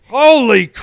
holy